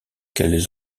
qu’elles